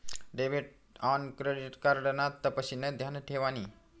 debit आन credit card ना तपशिनी ध्यान ठेवानी